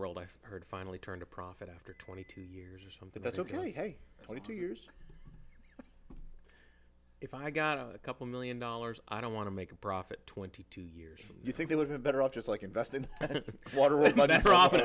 world i've heard finally turned a profit after twenty two years or something that's ok twenty two years if i got a couple million dollars i don't want to make a profit twenty two years you think they would have better i'll just like invest in water with